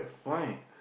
why